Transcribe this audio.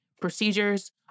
procedures